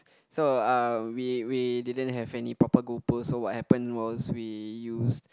so uh we we didn't have any proper goal post so what happened was we use